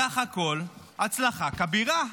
בסך הכול, הצלחה כבירה.